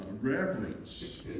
reverence